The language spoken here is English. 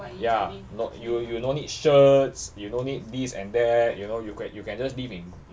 ya no you you no need shirts you don't need this and that you know you can you can just live in